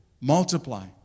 multiply